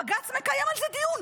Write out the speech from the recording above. בג"ץ מקיים על זה דיון,